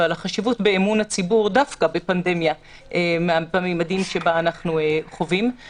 ועל החשיבות באמון הציבור דווקא בפנדמיה מהסוג שאותה אנו חווים,